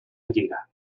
lliga